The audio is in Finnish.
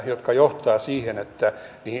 jotka johtavat siihen että siihen ei